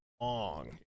long